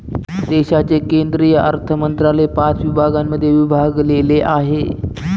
देशाचे केंद्रीय अर्थमंत्रालय पाच विभागांमध्ये विभागलेले आहे